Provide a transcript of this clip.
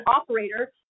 operator